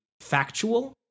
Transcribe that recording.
factual